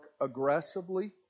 aggressively